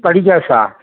படி காசாக